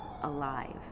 alive